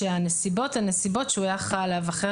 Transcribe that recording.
שהנסיבות הן נסיבות שהוא היה אחראי עליו.